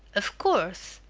of course!